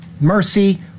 mercy